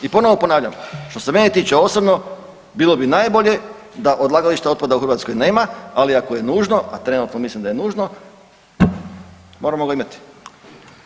I ponovo ponavljam, što se mene tiče osobno bilo bi najbolje da odlagališta otpada u Hrvatskoj nema, ali ako je nužno, a trenutno mislim da je nužno, moramo ga imati.